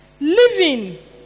Living